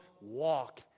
walk